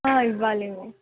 ఇవ్వాలి